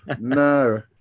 No